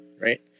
right